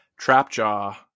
Trapjaw